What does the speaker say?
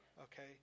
okay